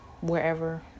wherever